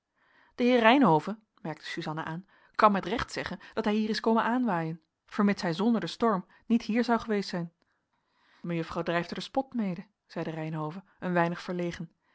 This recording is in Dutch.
de heer reynhove merkte suzanna aan kan met recht zeggen dat hij hier is komen aanwaaien vermits hij zonder den storm niet hier zou geweest zijn mejuffrouw drijft er den spot mede zeide reynhove een weinig verlegen